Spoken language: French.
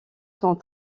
sont